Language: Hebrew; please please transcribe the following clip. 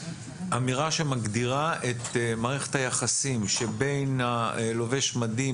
אמירה שמגדירה את מערכת היחסים שבין לובש המדים